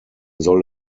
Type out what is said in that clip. soll